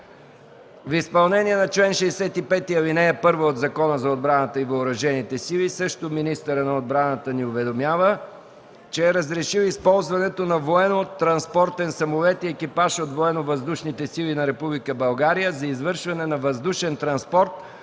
В изпълнение на чл. 65, ал. 1 от Закона за отбраната и въоръжените сили, министърът на отбраната ни уведомява, че е разрешил използването на военно-транспортен самолет и екипаж от Военновъздушните сили на Република България за извършване на въздушен транспорт